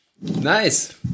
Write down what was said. Nice